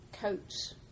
coats